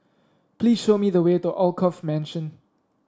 please show me the way to Alkaff Mansion